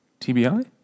TBI